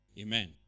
Amen